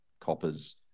coppers